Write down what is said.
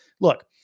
Look